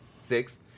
Six